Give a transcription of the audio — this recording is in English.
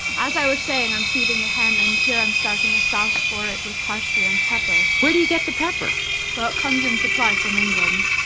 as i was saying, i'm seething a hen and here i'm starting a sauce for it with parsley and pepper. where do you get the pepper? well, it comes in supply from england.